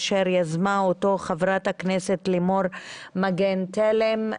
אשר יזמה אותו חברת הכנסת לימור מגן תלם.